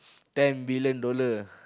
ten billion dollar